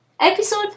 Episode